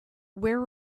where